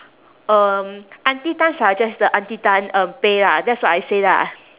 um auntie tan suggest 的 auntie tan um pay lah that's what I say lah